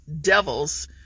devils